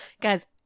Guys